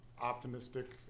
optimistic